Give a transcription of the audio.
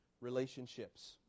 relationships